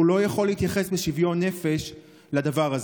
והוא לא יכול להתייחס בשוויון נפש לדבר הזה.